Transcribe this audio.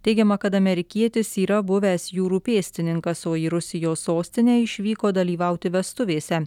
teigiama kad amerikietis yra buvęs jūrų pėstininkas o į rusijos sostinę išvyko dalyvauti vestuvėse